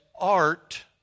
art